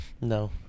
No